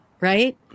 right